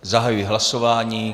Zahajuji hlasování.